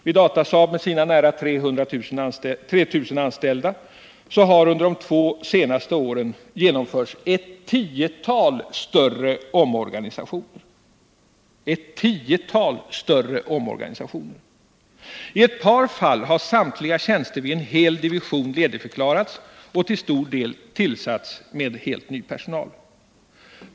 Vid Datasaab med dess ca 3 000 anställda har under de två senaste åren genomförts ett tiotal större omorganisationer. I ett par fall har samtliga tjänster vid en hel division ledigförklarats och till stor del tillsatts med helt ny personal.